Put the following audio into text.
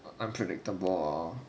unpredictable orh